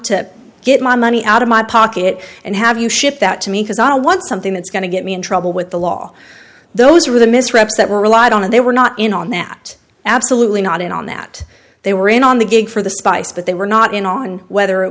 to get my money out of my pocket and have you ship that to me because i want something that's going to get me in trouble with the law those are the mis reps that relied on and they were not in on that absolutely not in on that they were in on the gig for the spice but they were not in on whether it